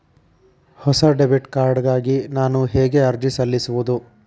ಹೊಸ debit card ಗಾಗಿ ನಾನು ಹೇಗೆ ಅರ್ಜಿ ಸಲ್ಲಿಸುವುದು?